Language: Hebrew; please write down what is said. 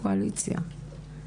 קואליציה,